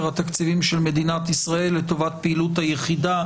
התקציבים של מדינת ישראל לטובת פעילות היחידה,